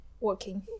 Working